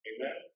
Amen